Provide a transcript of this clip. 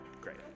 Great